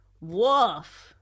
Woof